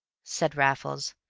said raffles,